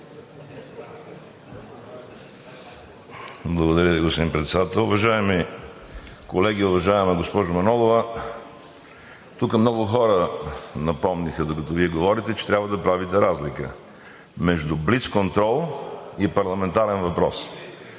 Благодаря Ви, господин Председател. Уважаеми колеги! Уважаема госпожо Манолова, тук много хора напомниха, докато Вие говорите, че трябва да правите разлика между блицконтрол и парламентарен въпрос.